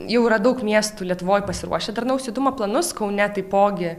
jau yra daug miestų lietuvoj pasiruošę darnaus judumo planus kaune taipogi